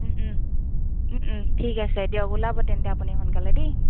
ঠিক আছে দিয়ক ওলাব তেন্তে আপুনি সোনকালে দেই